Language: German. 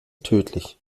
tödlich